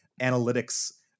analytics